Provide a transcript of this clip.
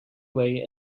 way